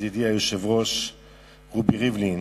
ידידי היושב-ראש רובי ריבלין,